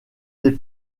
des